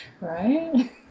Right